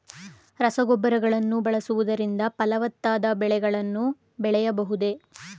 ರಸಗೊಬ್ಬರಗಳನ್ನು ಬಳಸುವುದರಿಂದ ಫಲವತ್ತಾದ ಬೆಳೆಗಳನ್ನು ಬೆಳೆಯಬಹುದೇ?